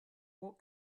what